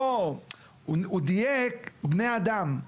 הוא חיזק ואמר בני אדם.